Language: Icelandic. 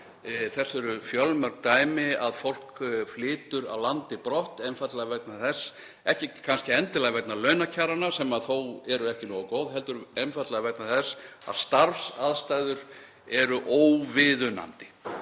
Þess eru fjölmörg dæmi að fólk flytji af landi brott, ekki kannski endilega vegna launakjaranna sem þó eru ekki nógu góð, heldur einfaldlega vegna þess að starfsaðstæður eru óviðunandi.